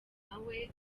nawe